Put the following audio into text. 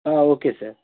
ಹಾಂ okay sir